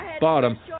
bottom